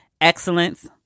excellence